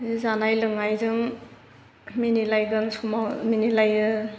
बे जानाय लोंनायजों मिनिलायगोन समाव मिनिलायो